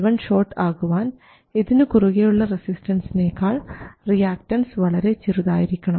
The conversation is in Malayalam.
C1 ഷോർട്ട് ആകുവാൻ ഇതിന് കുറുകെയുള്ള റെസിസ്റ്റൻസിനേക്കാൾ റിയാക്ടൻസ് വളരെ ചെറുതായിരിക്കണം